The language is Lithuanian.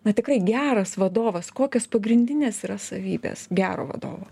na tikrai geras vadovas kokios pagrindinės yra savybės gero vadovo